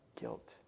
guilt